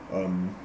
um